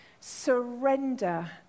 Surrender